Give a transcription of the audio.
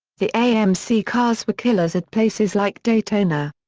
the amc cars were killers at places like daytona.